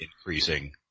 increasing